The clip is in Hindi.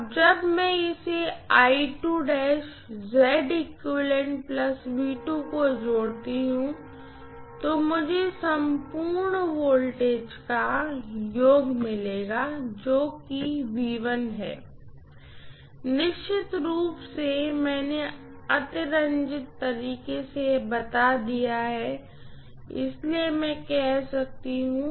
अब जब मैं इसे को जोड़ती हूँ तो मुझे संपूर्ण वोल्टेज का योग मिलेगा जो की है निश्चित रूप से मैंने अतिरंजित तरह से बता दिया है इसलिए मैं कह सकती हूँ